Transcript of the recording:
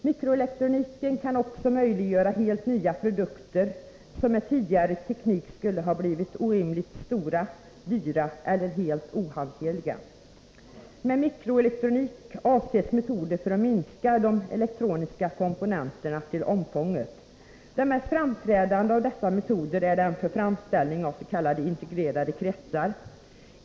Mikroelektroniken kan också möjliggöra helt nya produkter, som med tidigare teknik skulle ha blivit orimligt stora, dyra eller helt ohanterliga. Med mikroelektronik avses metoder för att minska de elektroniska komponenterna till omfånget. Den mest framträdande av dessa metoder är den för framställning av s.k. integrerade kretsar.